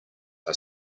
are